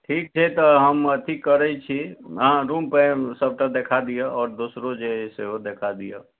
ठीक छै तऽ हम अथी करैत छी अहाँ रूम पे सबटा देखा दिअ आर दोसरो जे छै सेहो देखा दिअ